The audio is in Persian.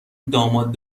داماد